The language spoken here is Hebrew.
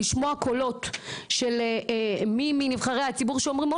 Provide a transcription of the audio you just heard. לשמוע קולות של מי מנבחרי הציבור שאומרים,